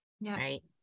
right